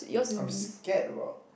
I'm scared about